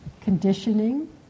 conditioning